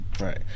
right